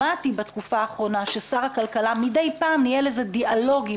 שמעתי בתקופה האחרונה ששר הכלכלה מדי פעם ניהל איזה שהם דיאלוגים